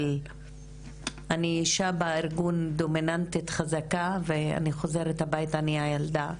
של 'אני אישה בארגון דומיננטית חזקה ואני חוזרת הביתה אני הילדה',